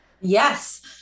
Yes